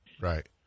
Right